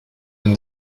and